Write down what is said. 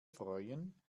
freuen